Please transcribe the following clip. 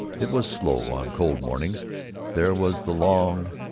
it was slow on cold mornings there was the long,